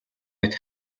мэт